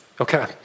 Okay